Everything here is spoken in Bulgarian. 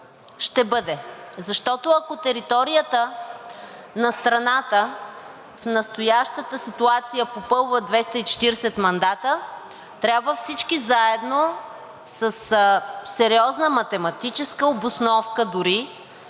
ще бъде, защото, ако територията на страната в настоящата ситуация попълва 240 мандата, трябва всички заедно със сериозна математическа обосновка дори